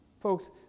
Folks